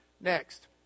Next